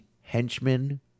henchmen